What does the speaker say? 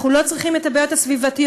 אנחנו לא צריכים את הבעיות הסביבתיות